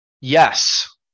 Yes